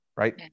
Right